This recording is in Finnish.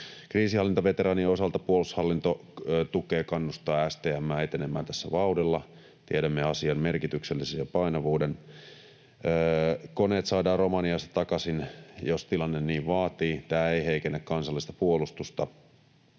Kriisinhallintaveteraanien osalta puolustushallinto tukee ja kannustaa STM:ää etenemään tässä vauhdilla. Tiedämme asian merkityksellisyyden ja painavuuden. Koneet saadaan Romaniasta takaisin, jos tilanne niin vaatii. Tämä ei heikennä kansallista puolustusta.